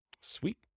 Sweet